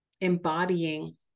embodying